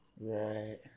Right